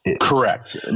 Correct